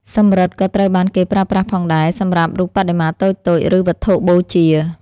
សំរឹទ្ធិក៏ត្រូវបានគេប្រើប្រាស់ផងដែរ សម្រាប់រូបបដិមាតូចៗ ឬវត្ថុបូជា។